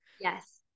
Yes